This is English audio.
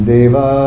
Deva